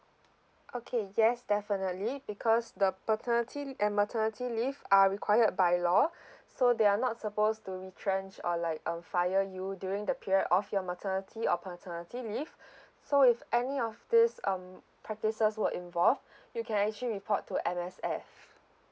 okay yes definitely because the paternity and maternity leave are required by law so they are not supposed to retrench or like um fire you during the period of your maternity or paternity leave so if any of these um practices were involved you can actually report to M_S_F